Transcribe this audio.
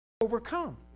Overcome